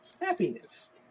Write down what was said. happiness